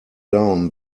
down